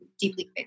deeply